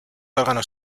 órganos